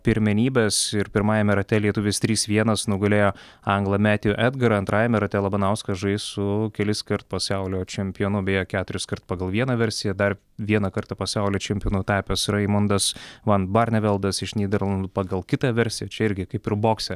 pirmenybes ir pirmajame rate lietuvis trys vienas nugalėjo anglą metju edgarą antrajame rate labanauskas žais su keliskart pasaulio čempionu beje keturiskart pagal vieną versiją dar vieną kartą pasaulio čempionu tapęs raimondas van barneveldas iš nyderlandų pagal kitą versiją čia irgi kaip ir bokse